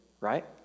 right